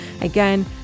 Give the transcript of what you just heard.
again